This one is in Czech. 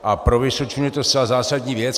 A pro Vysočinu je to zcela zásadní věc.